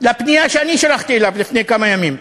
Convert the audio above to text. על פנייה שאני שלחתי אליו לפני כמה ימים,